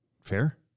Fair